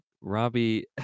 Robbie